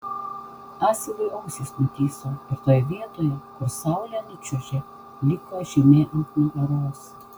asilui ausys nutįso ir toje vietoj kur saulė nučiuožė liko žymė ant nugaros